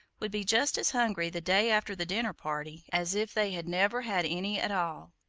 would be just as hungry the day after the dinner-party as if they had never had any at all.